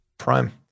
Prime